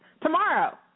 Tomorrow